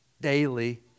daily